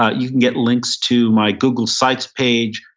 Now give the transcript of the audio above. ah you can get links to my google sites page,